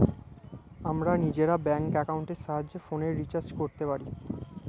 আমরা নিজেরা ব্যাঙ্ক অ্যাকাউন্টের সাহায্যে ফোনের রিচার্জ করতে পারি